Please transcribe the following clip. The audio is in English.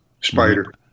spider